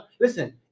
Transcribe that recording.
Listen